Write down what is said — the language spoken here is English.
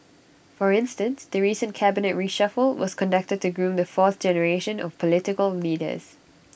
for instance the recent cabinet reshuffle was conducted to groom the fourth generation of political leaders